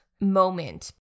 moment